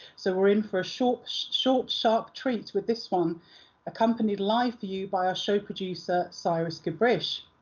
so we're in for a short short sharp treat with this one accompanied live for you by our show producer, cyrus gabrysch.